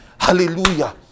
Hallelujah